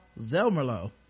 zelmerlo